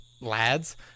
lads